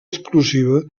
exclusiva